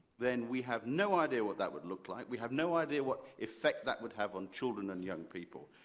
then we have no idea what that would look like, we have no idea what effect that would have on children and young people.